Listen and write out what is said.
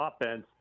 offense